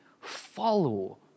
follow